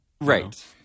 right